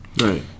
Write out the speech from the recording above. Right